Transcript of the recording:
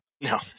No